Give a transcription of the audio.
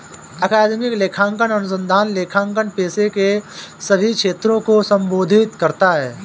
अकादमिक लेखांकन अनुसंधान लेखांकन पेशे के सभी क्षेत्रों को संबोधित करता है